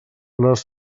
les